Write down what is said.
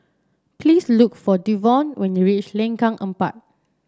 please look for Devaughn when you reach Lengkok Empat